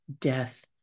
death